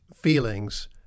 Feelings